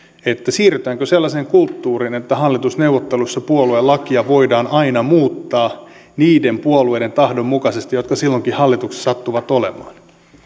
siirrytäänkö sellaiseen kulttuuriin että hallitusneuvotteluissa puoluelakia voidaan aina muuttaa niiden puolueiden tahdon mukaisesti jotka silloin hallituksessa sattuvat olemaan